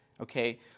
okay